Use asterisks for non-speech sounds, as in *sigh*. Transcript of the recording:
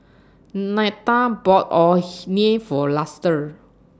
Nita bought Orh *noise* Nee For Luster